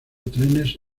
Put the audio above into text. trenes